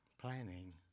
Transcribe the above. planning